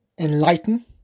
enlighten